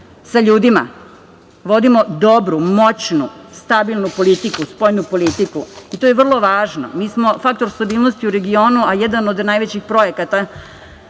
sa ljudima, vodimo dobru, moćnu, stabilnu politiku, spoljnu politiku i to je vrlo važno. Mi smo faktor stabilnosti u regionu, a jedan od najvećih projekata